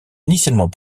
initialement